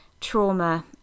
trauma